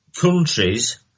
countries –